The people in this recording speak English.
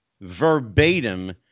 verbatim